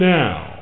now